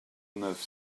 neuf